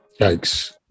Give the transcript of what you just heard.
Yikes